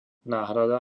náhrada